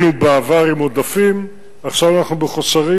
בעבר היינו עם עודפים, עכשיו אנחנו בחוסר,